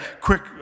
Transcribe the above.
quick